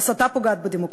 הסתה פוגעת בדמוקרטיה.